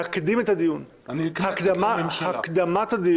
יעלה גם בלי האישור ביום